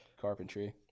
carpentry